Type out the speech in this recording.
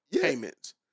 payments